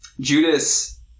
Judas